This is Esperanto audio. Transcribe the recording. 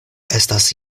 estas